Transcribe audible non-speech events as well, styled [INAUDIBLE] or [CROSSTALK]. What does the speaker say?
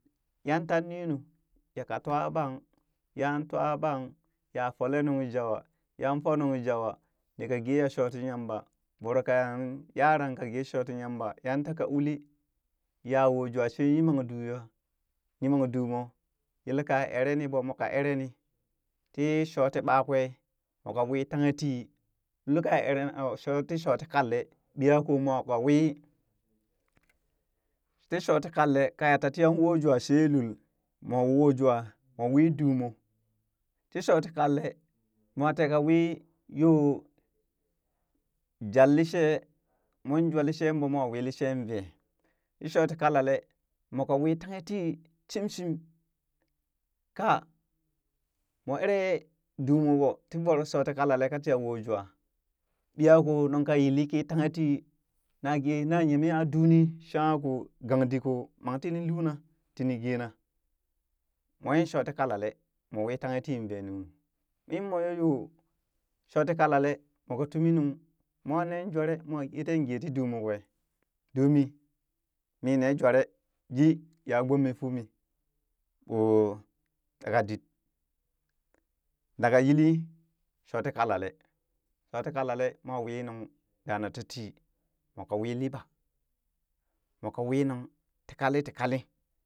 Yan tan ninu ya ka twa ɓang, yan twaɓang ya fuule nunjwaa, yanfuu nung jawa nika gee ya shoo ti yamba voro ka yan yaaran ka gee shoo ti yama yan taka uli ya woo jwa shee yiman duu ya, yiman dumo yelka eree ni ɓoo moka eree ni tii shoti ɓakwee moka wii tanghe tii, lul ka [UNINTELLIGIBLE] sho ti shoti kalle ɓiyakoo moo wii [NOISE] ti shooti kalle kaya ta ti yan wo jwa yiyee lul mo wo jwa moo wii duu moo, tii shoti kalle moo teeka wi yoo jallishee, moon jwa lishee ɓo mwa wii lishee vee, ti shoti kalale moo ka wii tanghen tii shimshim, ka mo eree duu mo ɓoo ti voro shoti kalale ka tiya woojwaa ɓiyako nungka yilli kii tanghe tii na gee na yeme aa duu ni shangko ƙoo gang did ƙoo mang tini luuna tini geena moon yii shoo ti kalale mo wii tanghe tiin vee nunu in moo yayoo shoti kalale moka tuminung mwa neen jwaree mooh gee teen gee ti duu mooh kwee duu mii mi nee jware yi ya gbome fuumii, ɓo taka did naka yilli shooti kalalee, shooti kalalee mwa winung daana tatii, moka wi liɓa, moka winug tii kalli ti kalli.